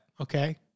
Okay